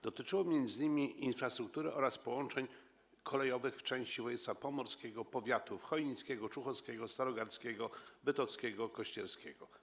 Dotyczyło m.in. infrastruktury oraz połączeń kolejowych w części województwa pomorskiego, na terenie powiatów chojnickiego, człuchowskiego, starogardzkiego, bytowskiego i kościerskiego.